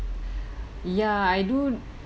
ya I do